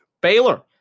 Baylor